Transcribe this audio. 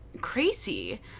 crazy